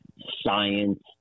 science